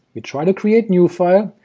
we try to create new file,